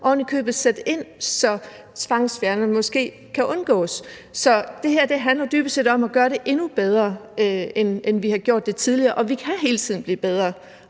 god tid sætte ind, så tvangsfjernelser måske kan undgås. Så det her handler jo dybest set om at gøre det endnu bedre, end vi har gjort det tidligere, og vi kan hele tiden blive bedre.